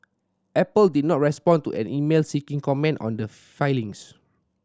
Apple did not respond to an email seeking comment on the filings